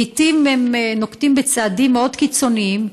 לעיתים הם נוקטים צעדים מאוד קיצוניים,